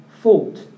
fault